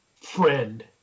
friend